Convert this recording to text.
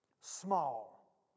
Small